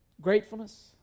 gratefulness